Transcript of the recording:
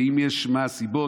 ואם יש, מה הסיבות?